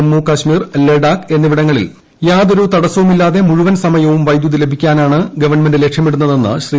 ജമ്മു കശ്മീർ ലഡാക് എന്നിവിടങ്ങളിൽ യാതൊരു തടസ്സവുമില്ലാതെ മുഴുവൻ സമയവും വൈദ്യുതി ലഭ്യമാക്കാനാണ് ഗവൺമെന്റ് ലക്ഷ്യമിടുന്നതെന്ന് ശ്രീ